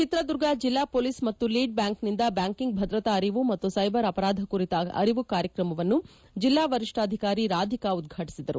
ಚಿತ್ರದುರ್ಗ ಜಿಲ್ಲಾ ಪೊಲೀಸ್ ಮತ್ತು ಲೀಡ್ ಬ್ಕಾಂಕ್ನಿಂದ ಬ್ಕಾಂಕಿಂಗ್ ಭದ್ರತಾ ಅರಿವು ಮತ್ತು ಸೈಬರ್ ಆಪರಾಧ ಕುರಿತ ಅರಿವು ಕಾರ್ಯಕ್ರಮವನ್ನು ಜೆಲ್ಲಾ ವರಿಷ್ಠಾಧಿಕಾರಿ ರಾಧಿಕಾ ಉದ್ಘಾಟಿಸಿದರು